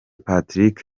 patrick